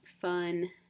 fun